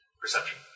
Perception